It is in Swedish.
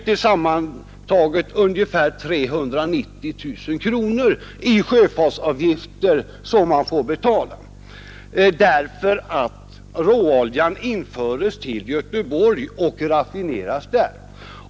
Tillsammantaget blir det ungefär 340 000 kronor som man får betala i sjöfartsavgifter därför att råoljan införes till Göteborg och raffineras där.